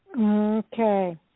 Okay